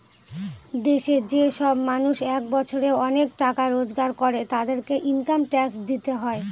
দেশে যে সব মানুষ এক বছরে অনেক টাকা রোজগার করে, তাদেরকে ইনকাম ট্যাক্স দিতে হয়